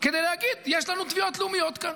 כדי להגיד: יש לנו תביעות לאומיות כאן.